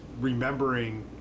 remembering